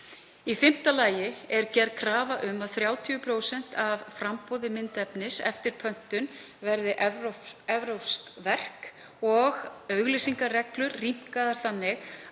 Í fimmta lagi er gerð krafa um að 30% af framboði myndefnis eftir pöntun verði evrópsk verk og auglýsingareglur rýmkaðar þannig